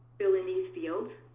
fill in these fields.